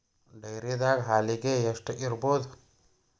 ಡೈರಿದಾಗ ಹಾಲಿಗೆ ಎಷ್ಟು ಇರ್ಬೋದ್?